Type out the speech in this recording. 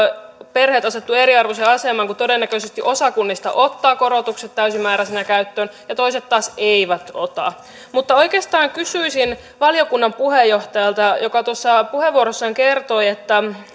perheet asettuvat eriarvoiseen asemaan kun todennäköisesti osa kunnista ottaa korotukset täysimääräisinä käyttöön ja toiset taas eivät ota mutta oikeastaan kysyisin valiokunnan puheenjohtajalta joka tuossa puheenvuorossaan kertoi että